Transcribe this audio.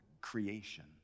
creation